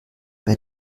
bei